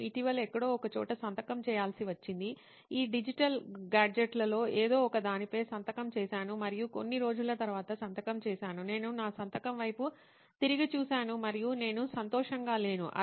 నేను ఇటీవలఎక్కడో ఒకచోట సంతకం చేయాల్సి వచ్చింది ఈ డిజిటల్ గాడ్జెట్లలో ఏదో ఒకదానిపై సంతకం చేసాను మరియు కొన్ని రోజుల తర్వాత సంతకం చేశాను నేను నా సంతకం వైపు తిరిగి చూశాను మరియు నేను సంతోషంగా లేను